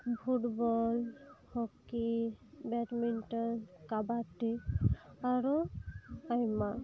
football hockey badminton kabaddi ᱟᱨᱚ ᱟᱭᱢᱟ